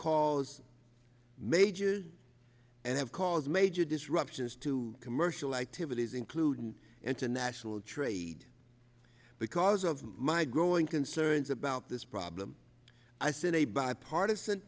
cause major and have cause major disruptions to commercial activities including an international trade because of my growing concerns about this problem i sent a bipartisan